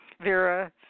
Vera